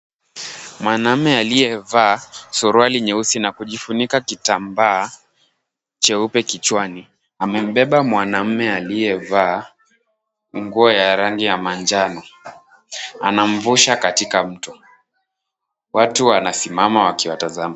Mwanaume aliyevaa suruali nyeusi na kujifunika kitambaa cheupe kichwani, amembeba mwanamume aliyevaa nguo ya rangi ya manjano. Anamvusha katika mto. Watu wanasimama wakiwatazama.